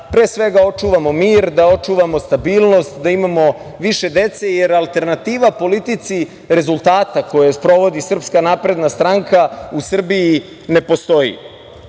pre svega, očuvamo mir, da očuvamo stabilnost, da imamo više dece, jer alternativa politici rezultata koju sprovodi SNS u Srbiji ne postoji